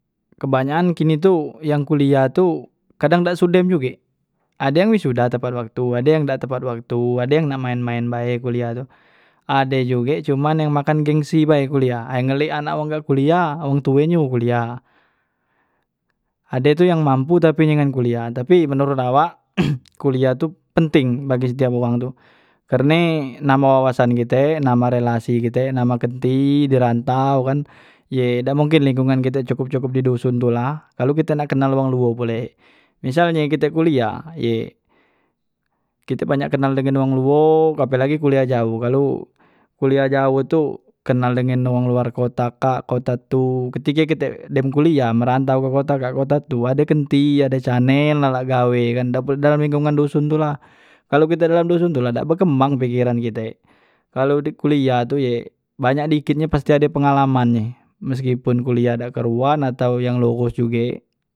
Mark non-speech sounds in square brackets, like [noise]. Kebanyakan kini tu yang kuliah tuh kadang dak sudem juge, ade yang wisuda tepat waktu, ade yang dak tepat waktu, ade yang nak main main bae kuliah tu, ade juge cuman yang makan gengsi bae kuliah, ay ngelik anak wong nggan kuliah wong tue nyuruh kuliah. Ade tu yang mampu tapi ye ngan kuliah, tapi menurut awak [noise] kuliah tu penting bagi setiap uwang tu karne nambah wawasan kite, nambah relasi kite, nambah kenti di rantau kan ye dak mungkin lingkungan kite cukup cukup di dusun tu la, kalu kite nak kenal wong luo pule. Misalnye kite kuliah ye, kite banyak kenal dengan wong luo ape lagi kuliah jaoh, kalo kuliah jaoh tu kenal dengan wong luar kota kak, kota tu ketike kite dem kuliah merantau ke kota kak ke kota tu, ade kenti, ade canel, nak la gawe ye kan dak pulo dalam lingkungan dusun tu la, kalu kite dalam dusun tu la dak bekembang pikiran kite, kalu di kuliah tu ye banyak dikitnye pasti ade pengalamannye, meskipun kuliah dak keruan atau yang lurus juge.